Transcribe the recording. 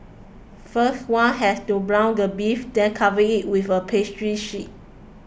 first one has to brown the beef then cover it with a pastry sheet